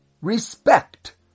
Respect